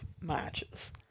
matches